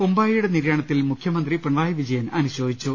ഉമ്പായിയുടെ നിര്യാണത്തിൽ മുഖ്യമന്ത്രി പിണറായി വിജയൻ അനുശോചിച്ചു